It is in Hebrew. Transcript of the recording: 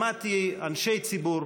שמעתי אנשי ציבור,